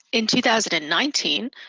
in two thousand and nineteen,